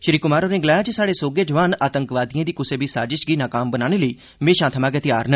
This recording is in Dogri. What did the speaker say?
श्री कुमार होरें गलाया जे साहड़े सौहगे जवान आतंकियें दी कुसै बी साजिश गी नाकाम बनाने लेई म्हेशां थमां गै तैयार न